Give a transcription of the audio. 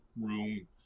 room